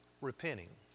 repenting